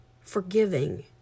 forgiving